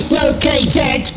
located